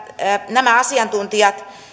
nämä asiantuntijat